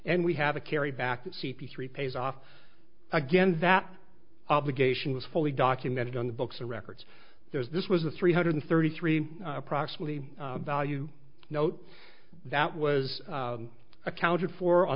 and we have a carry back to c p three pays off again that obligation was fully documented on the books or records there's this was a three hundred thirty three approximately value note that was accounted for on